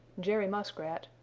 jerry muskrat,